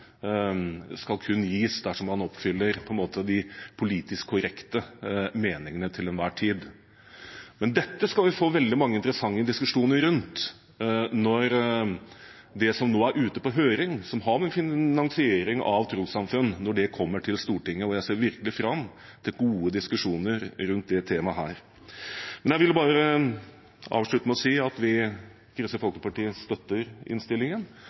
kun skal gis dersom man oppfyller de, på en måte, politisk korrekte meningene til enhver tid. Dette skal vi få veldig mange interessante diskusjoner rundt når det som nå er ute på høring, og som har med finansiering av trossamfunn å gjøre, kommer til Stortinget. Og jeg ser virkelig fram til gode diskusjoner rundt dette temaet. Jeg vil bare avslutte med å si at vi i Kristelig Folkeparti støtter innstillingen,